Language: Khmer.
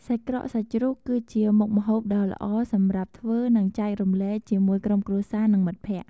សាច់ក្រកសាច់ជ្រូក គឺជាមុខម្ហូបដ៏ល្អសម្រាប់ធ្វើ និងចែករំលែកជាមួយក្រុមគ្រួសារ និងមិត្តភក្តិ។